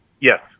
Yes